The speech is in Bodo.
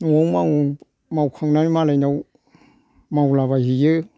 न' आव मावो मावखांनानै मालायनाव मावलाबायहैयो